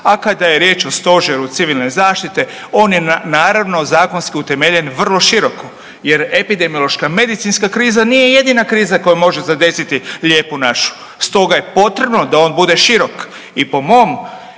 A kada je riječ o Stožeru civilne zaštite on je naravno zakonski utemeljen vrlo široko jer epidemiološka medicinska kriza nije jedina kriza koja može zadesiti Lijepu našu, stoga je potrebno da on bude širok. I po mojim